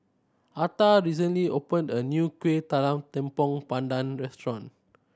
Atha recently opened a new Kuih Talam Tepong Pandan restaurant